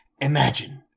Imagine